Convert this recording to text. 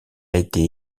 été